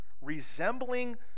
Resembling